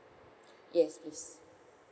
yes yes